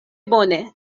bone